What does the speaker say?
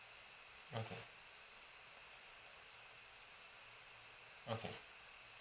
okay okay